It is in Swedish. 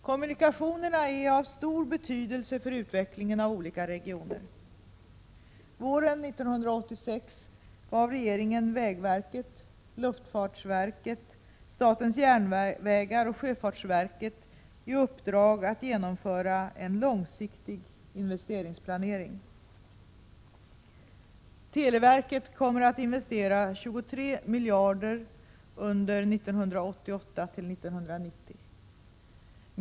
Kommunikationerna har stor betydelse för utvecklingen av olika regioner. Våren 1986 gav regeringen vägverket, luftfartsverket, statens järnvägar och sjöfartsverket i uppdrag att genomföra en långsiktig investeringsplanering. Televerket kommer att investera 23 miljarder kronor under 1988-1990.